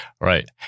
Right